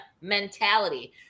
mentality